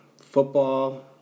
football